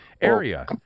area